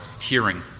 hearing